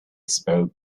spoke